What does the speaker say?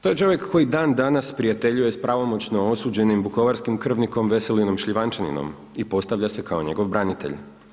To je čovjek koji dan danas prijateljuje sa pravomoćno osuđenim vukovarskim krvnikom Veselinom Šljivančaninom i postavlja se kao njegov branitelj.